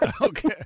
okay